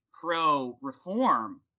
pro-reform